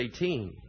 18